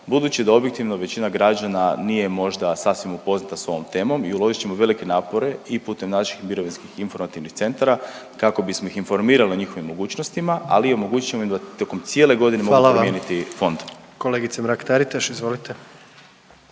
budući da objektivno većina građana nije možda sasvim upoznata sa ovom temom i uložit ćemo velike napore i putem naših mirovinskih informativnih centara kako bismo ih informirali o njihovim mogućnostima, ali omogućit ćemo im da tokom cijele godine mogu promijeniti fond. **Jandroković, Gordan (HDZ)** Hvala.